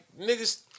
niggas